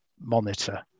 monitor